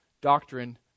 doctrine